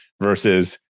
versus